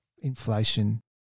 inflation